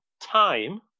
Time